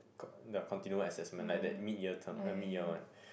con~ the continual assessment like that mid year term likw mid year one